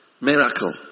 miracle